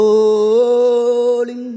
Holy